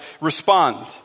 respond